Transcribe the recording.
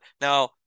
Now